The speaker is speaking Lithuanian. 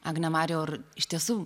agne mariau ar iš tiesų